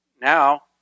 Now